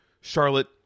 Charlotte